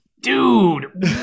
dude